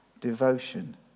devotion